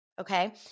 Okay